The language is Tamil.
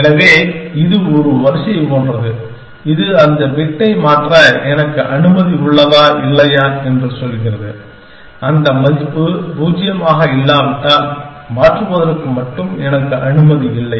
எனவே இது ஒரு வரிசை போன்றது இது அந்த பிட்டை மாற்ற எனக்கு அனுமதி உள்ளதா இல்லையா என்று சொல்கிறது அந்த மதிப்பு பூஜ்ஜியமாக இல்லாவிட்டால் மாற்றுவதற்கு மட்டும் எனக்கு அனுமதி இல்லை